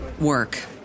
work